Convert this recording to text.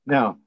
Now